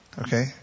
Okay